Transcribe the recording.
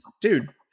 dude